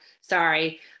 Sorry